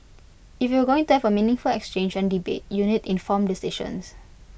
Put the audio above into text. if you're going to have A meaningful exchange and debate you need informed decisions